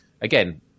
again